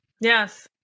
Yes